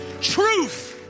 truth